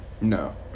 No